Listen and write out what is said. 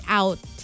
out